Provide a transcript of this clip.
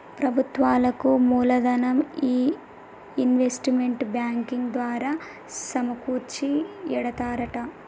ప్రభుత్వాలకు మూలదనం ఈ ఇన్వెస్ట్మెంట్ బ్యాంకింగ్ ద్వారా సమకూర్చి ఎడతారట